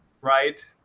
right